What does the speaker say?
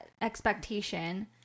expectation